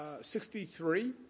63